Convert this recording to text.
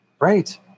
Right